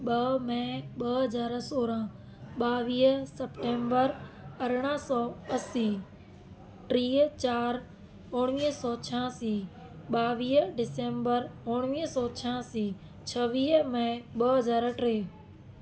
ॿ मै ॿ हज़ार सोरहां ॿावीह सप्टेंबर अरड़ाह सौ असी टीह चारि उणिवीह सौ छहासी ॿावीह डिसेम्बर उणिवीह सौ छहासी छवीह मई ॿ हज़ार टे